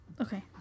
Okay